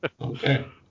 Okay